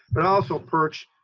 but also perch,